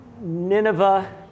Nineveh